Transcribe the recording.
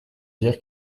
dire